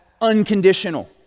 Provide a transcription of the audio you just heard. unconditional